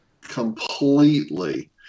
completely